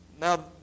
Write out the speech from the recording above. Now